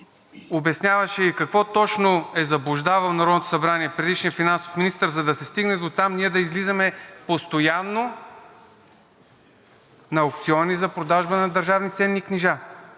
обясняваше и какво точно е заблуждавал Народното събрание предишният финансов министър, за да се стигне дотам ние да излизаме постоянно на аукциони за продажба на държавни ценни книжа?